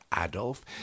Adolf